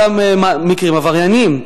לאותם מקרים עברייניים.